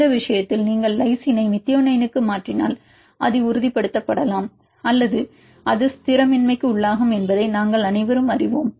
இந்த விஷயத்தில் நீங்கள் லைசினை மெத்தியோனைனுக்கு மாற்றினால் அது உறுதிப் படுத்தப்படலாம் அல்லது அது ஸ்திரமின்மைக்குள்ளாகும் என்பதை நாங்கள் அனைவரும் அறிவோம்